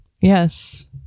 Yes